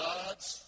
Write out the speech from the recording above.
God's